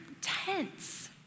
tense